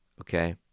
Okay